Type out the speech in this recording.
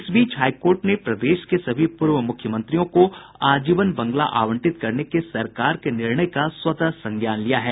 इस बीच हाईकोर्ट ने प्रदेश के सभी पूर्व मुख्यमंत्रियों को आजीवन बंगला आवंटित करने के सरकार के निर्णय का स्वतः संज्ञान लिया है